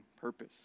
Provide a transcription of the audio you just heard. purpose